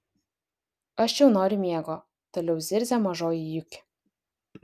aš jau noriu miego toliau zirzė mažoji juki